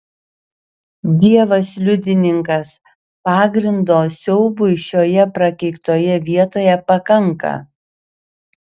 dievas liudininkas pagrindo siaubui šioje prakeiktoje vietoje pakanka